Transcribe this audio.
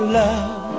love